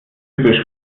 typisch